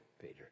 Peter